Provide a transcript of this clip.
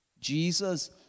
Jesus